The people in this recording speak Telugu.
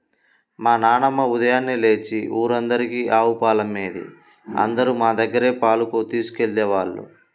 మా నాన్నమ్మ ఉదయాన్నే లేచి ఊరందరికీ ఆవు పాలమ్మేది, అందరూ మా దగ్గరే పాలు తీసుకెళ్ళేవాళ్ళు